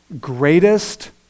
greatest